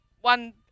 one